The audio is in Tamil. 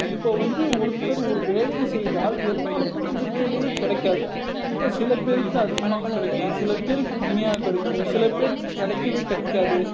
இப்போ வந்து ஒருத்தர் ஒரு வேலையை செய்தால் எல்லாருக்கும் அந்த வேலையே கிடைக்காது இப்போ சில பேருக்கு அதிகமாக கிடைக்கும் சில பேருக்கு கம்மியாக கிடைக்கும் சில பேருக்கு கிடைக்கவே கிடைக்காது